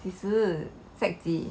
几时 sec 几